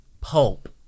pulp